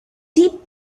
deep